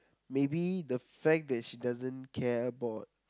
maybe the fact that she doesn't care about